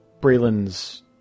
Braylon's